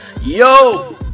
Yo